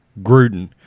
Gruden